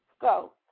Go